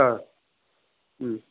ओ